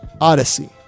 Odyssey